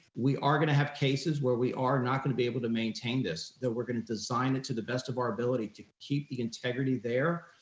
we are gonna have cases where we are not gonna be able to maintain this that we're gonna design it to the best of our ability to keep the integrity there.